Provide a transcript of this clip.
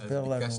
ספר לנו.